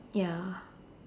ya